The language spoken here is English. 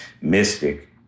Mystic